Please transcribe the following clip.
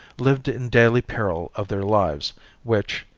lived in daily peril of their lives which,